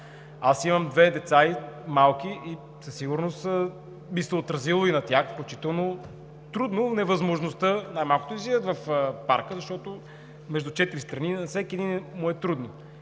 Аз имам две малки деца и със сигурност би се отразила и на тях включително трудно, невъзможността най-малкото да излизат в парка, защото между четири стени на всеки един му е трудно.